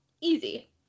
easy